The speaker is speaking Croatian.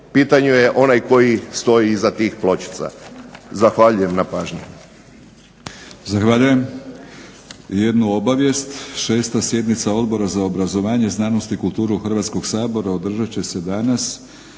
pitanju je onaj koji stoji iza tih pločica. Zahvaljujem na pažnji.